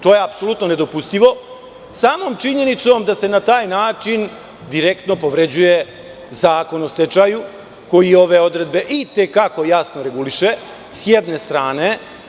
To je apsolutno nedopustivo samom činjenicom da se na taj način direktno povređuje Zakon o stečaju, koji ove odredbe i te kako jasno reguliše, s jedne strane.